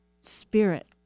spirit